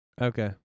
Okay